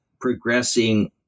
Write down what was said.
progressing